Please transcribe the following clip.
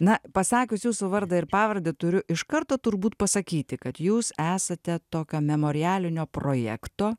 na pasakius jūsų vardą ir pavardę turiu iš karto turbūt pasakyti kad jūs esate tokio memorialinio projekto